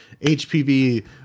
HPV